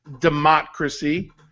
democracy